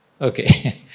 Okay